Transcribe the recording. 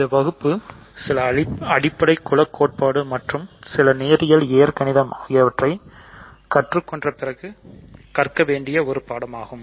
இந்த வகுப்பு சில அடிப்படைக் குல கோட்பாடு மற்றும் சில நேரில் இயற்கணிதம் ஆகியவற்றை கற்றுக்கொண்ட பிறகு கற்க வேண்டிய பாடமாகும்